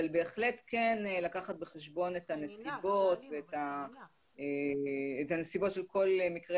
אבל בהחלט כן לקחת בחשבון את הנסיבות של כל מקרה